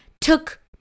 took